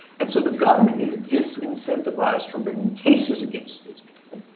and so the government is disincentivized from bringing cases against these people.